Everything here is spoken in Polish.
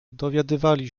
dowiadywali